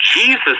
Jesus